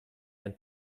ein